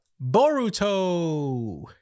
Boruto